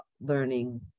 learning